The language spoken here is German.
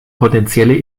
potenzielle